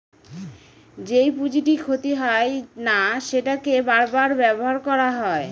যেই পুঁজিটি ক্ষতি হয় না সেটাকে বার বার ব্যবহার করা হয়